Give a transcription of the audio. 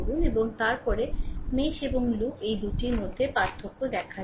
এবং তারপরে মেশ এবং লুপ এই দুটির মধ্যে পার্থক্য বোঝা যাবে